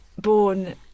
born